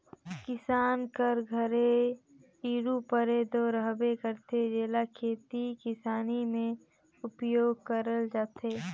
किसान कर घरे इरूपरे दो रहबे करथे, जेला खेती किसानी मे उपियोग करल जाथे